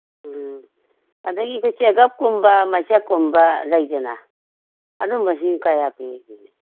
ꯎꯝ ꯑꯗꯩ ꯑꯩꯈꯣꯏ ꯆꯦꯒꯞꯀꯨꯝꯕ ꯃꯩꯆꯞꯀꯨꯝꯕ ꯂꯩꯗꯅ ꯑꯗꯨꯝꯕꯁꯤ ꯀꯌꯥ ꯄꯤ ꯍꯧꯖꯤꯛ